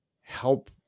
help